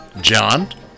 John